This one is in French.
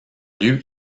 lieu